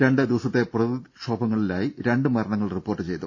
രണ്ട് ദിവസത്തെ പ്രകൃതിക്ഷോഭങ്ങളിലായി രണ്ട് മരണങ്ങൾ റിപ്പോർട്ട് ചെയ്തു